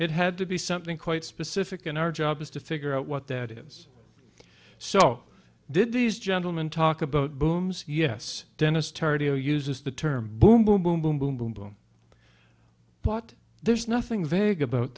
it had to be something quite specific in our job is to figure out what that is so did these gentlemen talk about booms yes dennis tardio uses the term boom boom boom boom boom boom boom but there's nothing vague about